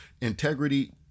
Integrity